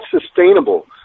sustainable